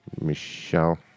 michelle